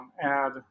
add